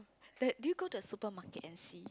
the did you go to the supermarket and see